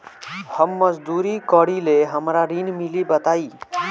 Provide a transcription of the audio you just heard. हम मजदूरी करीले हमरा ऋण मिली बताई?